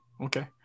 Okay